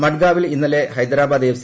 മഡ്ഗാവിൽ ഇന്നലെ ഹൈദരബാദ് എഫ്